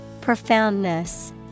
Profoundness